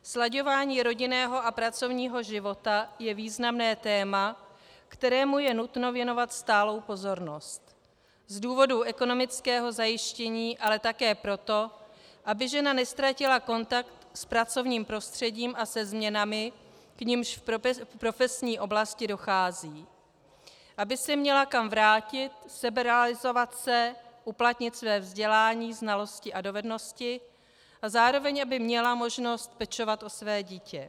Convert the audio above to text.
Slaďování rodinného a pracovního života je významné téma, kterému je nutno věnovat stálou pozornost z důvodu ekonomického zajištění, ale také proto, aby žena neztratila kontakt s pracovním prostředím a se změnami, k nimž v profesní oblasti dochází, aby se měla kam vrátit, seberealizovat se, uplatnit své vzdělání, znalosti a dovednosti a zároveň aby měla možnost pečovat o své dítě.